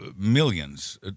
millions